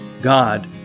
God